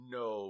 no –